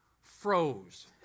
froze